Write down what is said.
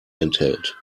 enthält